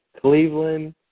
Cleveland